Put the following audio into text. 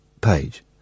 page